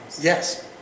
Yes